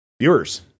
Viewers